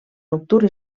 nocturn